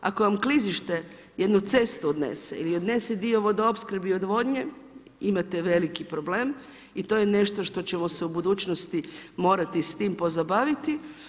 Ako vam klizište jednu cestu odnese ili odnese dio vodoopskrbe i odvodnje, imate veliki problem i to je nešto što ćemo se u budućnosti morati s tim pozabaviti.